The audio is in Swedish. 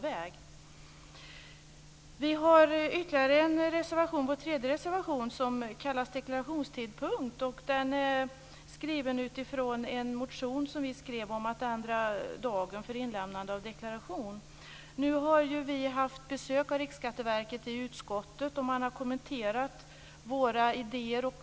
Vår tredje reservation har rubriken Deklarationstidpunkt. Den bygger på en motion som vi väckt om ändrande av datum för inlämnande av deklaration. Utskottet har haft besök från Riksskatteverket, och man har därvid kommenterat våra idéer.